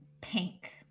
pink